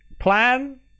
plan